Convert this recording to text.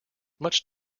much